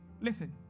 Listen